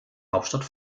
hauptstadt